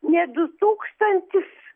ne du tūkstantis